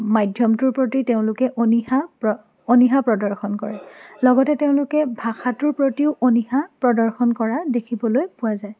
মাধ্যমটোৰ প্ৰতি তেওঁলোকে অনীহা অনীহা প্ৰদৰ্শন কৰে লগতে তেওঁলোকে ভাষাটোৰ প্ৰতিও অনীহা প্ৰদৰ্শন কৰা দেখিবলৈ পোৱা যায়